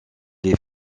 est